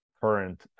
current